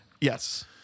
Yes